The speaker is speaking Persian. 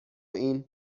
این